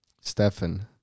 Stefan